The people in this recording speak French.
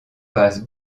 passe